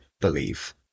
believe